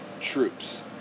troops